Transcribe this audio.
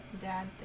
Dad